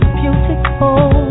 beautiful